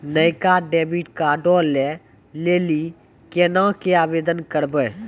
नयका डेबिट कार्डो लै लेली केना के आवेदन करबै?